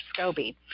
SCOBY